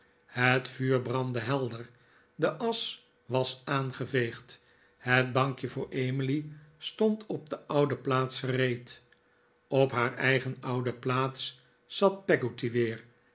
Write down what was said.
het vuur brandde helder de asch was aangeveegd het bankje voor emily stond op de oude plaats gereed op haar eigen oude plaats zat peggotty weer